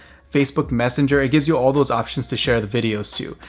facebook messenger. it gives you all those options to share the videos too.